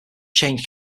change